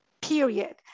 period